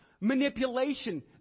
manipulation